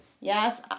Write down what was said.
yes